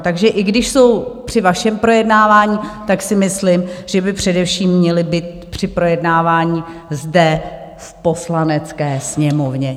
Takže i když jsou při vašem projednávání, tak si myslím, že by především měli být při projednávání zde v Poslanecké sněmovně.